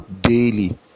daily